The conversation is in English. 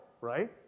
right